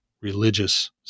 religious